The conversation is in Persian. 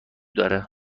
داره